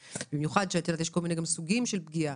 במיוחד כשיש כל מיני סוגים של פגיעה.